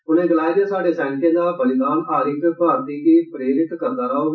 उने गलाया जे साहडे सैनिकें दा बलिदान हर इक भारतीय गी प्रेरित करदा रहौग